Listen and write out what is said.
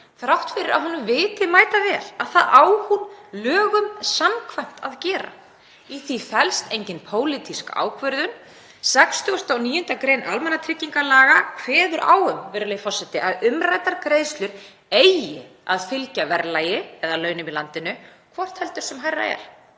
þrátt fyrir að hún viti mætavel að það á hún lögum samkvæmt að gera. Í því felst engin pólitísk ákvörðun. 69. gr. almannatryggingalaga kveður á um að umræddar greiðslur eigi að fylgja verðlagi eða launum í landinu, hvort heldur sem hærra er,